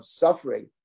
suffering